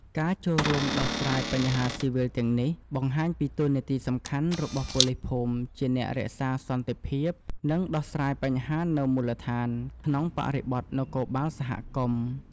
ការចូលរួមដោះស្រាយបញ្ហាស៊ីវិលទាំងនេះ បង្ហាញពីតួនាទីសំខាន់របស់ប៉ូលីសភូមិជាអ្នករក្សាសន្តិភាព និងដោះស្រាយបញ្ហានៅមូលដ្ឋាន ក្នុងបរិបទនគរបាលសហគមន៍។